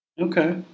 Okay